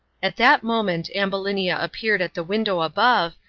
at that moment ambulinia appeared at the window above,